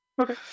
Okay